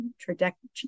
trajectory